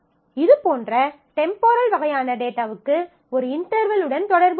இதுபோன்ற டெம்போரல் வகையான டேட்டாவுக்கு ஒரு இன்டெர்வல் உடன் தொடர்பு உள்ளது